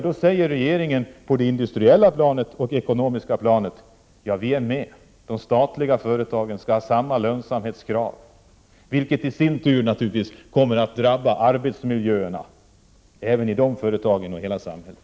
Då säger regeringen att man på det industriella planet och det ekonomiska planet är med; det statliga företagen skall ha samma lönsamhetskrav, vilket naturligtvis i sin tur kommer att drabba arbetsmiljöerna även i de företagen och i hela samhället.